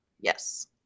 Yes